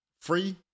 free